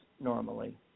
normally